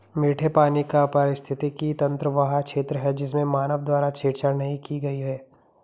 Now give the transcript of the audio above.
मीठे पानी का पारिस्थितिकी तंत्र वह क्षेत्र है जिसमें मानव द्वारा छेड़छाड़ नहीं की गई है